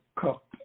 Cup